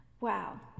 Wow